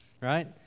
Right